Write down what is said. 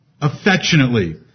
affectionately